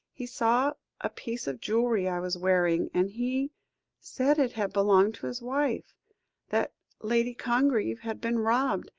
he saw a piece of jewellery i was wearing, and he said it had belonged to his wife that lady congreve had been robbed,